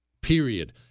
Period